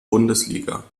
bundesliga